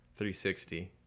360